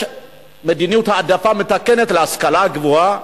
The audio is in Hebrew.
יש מדיניות העדפה מתקנת בהשכלה הגבוהה,